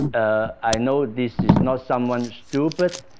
i know this is not someone stupid